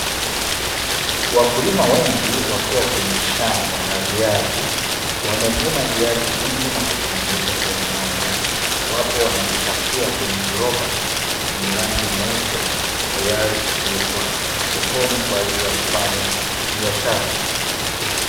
Wakulima wengi wakiwa kwenye shamba la viazi, wamevuna viazi vingi na kuvirundika sehemu moja, wapo wanavipakia kwenye viroba vyenye rangi nyeupe, tayari kupelekwa sokoni kwa ajili ya kufanya biashara.